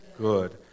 Good